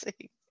see